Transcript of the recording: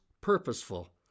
purposeful